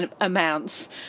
amounts